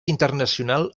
internacional